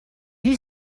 you